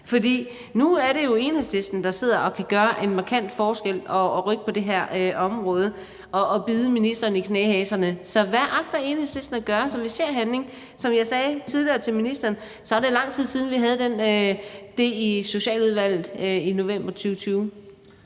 Nu er det jo Enhedslisten, der sidder og kan gøre en markant forskel, og som kan rykke på det her område og bide ministeren i knæhaserne. Så hvad agter Enhedslisten at gøre, så vi ser handling? Som jeg sagde tidligere til ministeren, er det lang tid siden, vi havde det oppe i Socialudvalget – det var i november 2020.